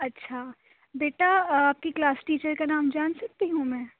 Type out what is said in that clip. اچھا بیٹا آپ کی کلاس ٹیچر کا نام جان سکتی ہوں میں